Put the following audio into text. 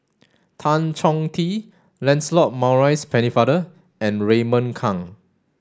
Tan Chong Tee Lancelot Maurice Pennefather and Raymond Kang